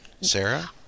Sarah